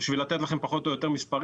בשביל לתת לכם פחות או יותר מספרים